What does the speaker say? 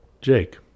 Jake